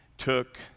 took